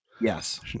Yes